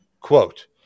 Quote